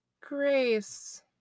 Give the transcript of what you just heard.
Grace